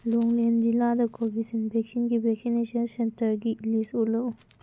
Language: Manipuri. ꯂꯣꯡꯂꯦꯟ ꯖꯤꯂꯥꯗ ꯀꯣꯕꯤꯁꯤꯜ ꯕꯦꯛꯁꯤꯜꯒꯤ ꯕꯦꯛꯁꯤꯅꯦꯁꯟ ꯁꯦꯟꯇꯔꯒꯤ ꯂꯤꯁ ꯎꯠꯂꯛꯎ